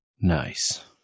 Nice